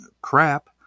crap